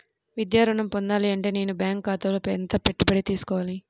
విద్యా ఋణం పొందాలి అంటే నేను బ్యాంకు ఖాతాలో ఎంత పెట్టి తీసుకోవాలి?